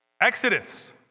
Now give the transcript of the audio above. Exodus